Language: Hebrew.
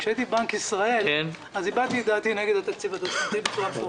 כשהייתי בבנק ישראל הבעתי דעתי נגד התקציב הדו-שנתי בצורה מפורשת.